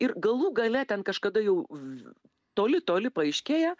ir galų gale ten kažkada jau toli toli paaiškėja